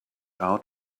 out